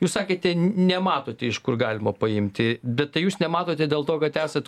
jūs sakėte nematote iš kur galima paimti bet tai jūs nematote dėl to kad esat